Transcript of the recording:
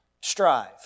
strive